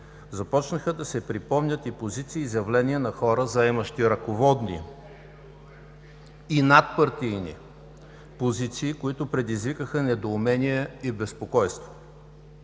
Започнаха да се припомнят и позиции, и изявления на хора, заемащи ръководни и надпартийни позиции, които предизвикаха недоумение и безпокойство.